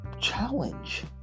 challenge